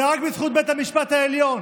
זה רק בזכות בית המשפט העליון.